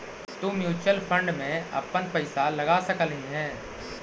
तु mutual fund में अपन पईसा लगा सकलहीं हे